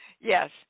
yes